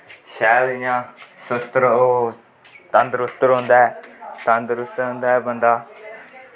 शाल इयां तंदरुस्त रौंह्दा ऐ तंदरुस्त रौंह्दा ऐ बंदा